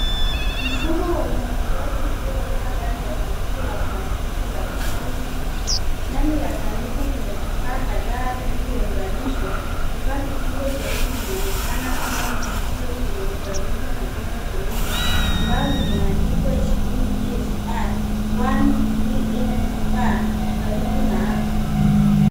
Mfumo wa umwagiliaji uliowekwa ndani ya sanduku na plastiki la kijani kibichi. Ndani ya sanduku kuna vifaa kadhaa vilivyounganishwa. Kifaa kikubwa cheusi kinaonekana kama chujio, kimeunganishwa na bomba jeupe ambalo limeandikwa ishirini PSI 138P karibu na hapo.